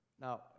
Now